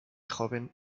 joven